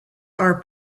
are